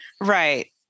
Right